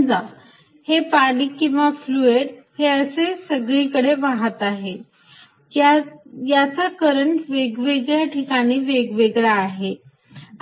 समजा हे पाणी किंवा फ्लुईड हे असे सगळीकडे वाहत आहे याचा करंट वेगवेगळ्या ठिकाणी वेगवेगळा आहे